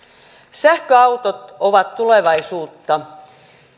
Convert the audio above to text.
sähköautot ovat tulevaisuutta